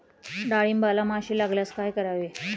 डाळींबाला माशी लागल्यास काय करावे?